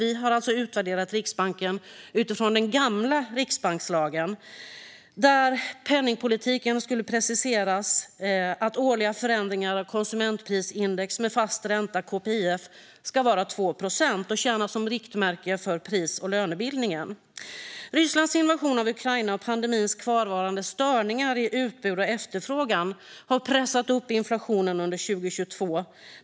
Vi har alltså utvärderat Riksbanken utifrån den gamla riksbankslagen där målet för penningpolitiken preciseras till att den årliga förändringen av konsumentprisindex med fast ränta, KPIF, ska vara 2 procent och tjäna som riktmärke för pris och lönebildningen. Rysslands invasion av Ukraina och pandemins kvarvarande störningar i utbud och efterfrågan har pressat upp inflationen under 2022.